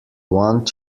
want